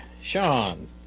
Sean